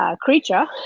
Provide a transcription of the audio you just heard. creature